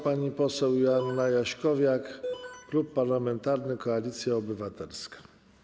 Pani poseł Joanna Jaśkowiak, Klub Parlamentarny Koalicja Obywatelska.